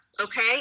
Okay